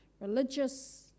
religious